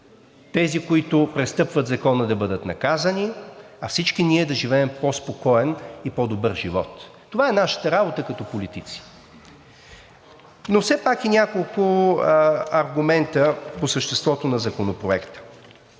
тези, които престъпват закона, да бъдат наказани, а всички ние да живеем по-спокоен и по-добър живот. Това е нашата работа като политици. Няколко аргумента все пак по съществото на Законопроекта.